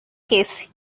guess